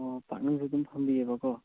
ꯑꯣ ꯄꯥꯛꯅꯝꯁꯨ ꯑꯗꯨꯝ ꯐꯪꯕꯤꯑꯦꯕ ꯀꯣ